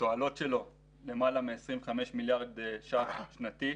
התועלות שלו הן למעלה מ-25 מיליארד שקלים שנתי,